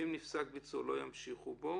ואם נפסק ביצועו לא ימשיכו בו